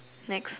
next